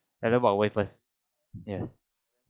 let them walk away first ya